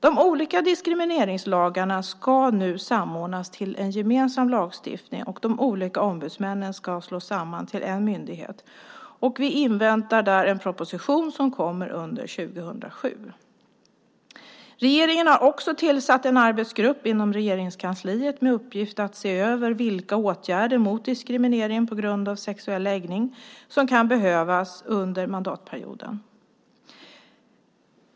De olika diskrimineringslagarna ska nu samordnas till en gemensam lagstiftning, och de olika ombudsmännen ska slås samman till en myndighet. Vi inväntar där en proposition som kommer under 2007. Regeringen har också tillsatt en arbetsgrupp inom Regeringskansliet med uppgift att se över vilka åtgärder mot diskriminering på grund av sexuell läggning som kan behövas under mandatperioden.